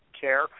care